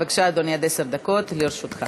בבקשה, אדוני, עד עשר דקות לרשותך.